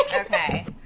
okay